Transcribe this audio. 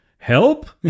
Help